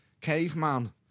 caveman